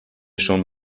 schon